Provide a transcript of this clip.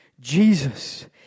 Jesus